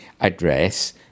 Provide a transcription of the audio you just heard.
address